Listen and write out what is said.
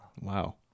Wow